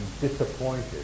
disappointed